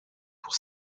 pour